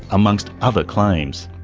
amongst other claims.